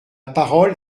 parole